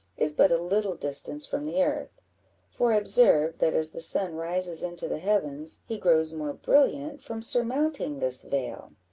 is but a little distance from the earth for i observe, that as the sun rises into the heavens, he grows more brilliant from surmounting this veil.